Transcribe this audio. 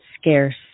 scarce